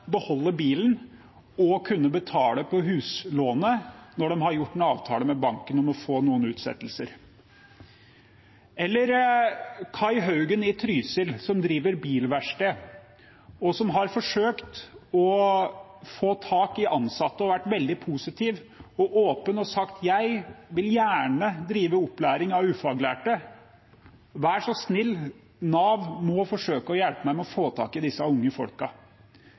beholde bilen og betale på huslånet når de har gjort en avtale med banken om å få noen utsettelser. Eller det er Kai Haugen i Trysil, som driver bilverksted, som har forsøkt å få tak i ansatte og vært veldig positiv og åpen, og som har sagt: Jeg vil gjerne drive opplæring av ufaglærte, vær så snill, Nav må forsøke å hjelpe meg med å få tak i disse unge